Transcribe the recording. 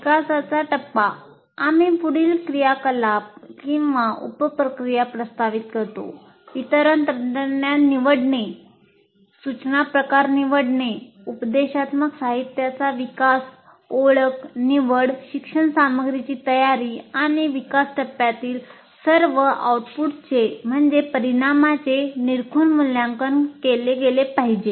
विकासाचा टप्पा आम्ही पुढील क्रियाकलाप किंवा उप प्रक्रिया प्रस्तावित करतोः वितरण तंत्रज्ञान निवडणे निरखून मूल्यांकन केले गेले पाहिजे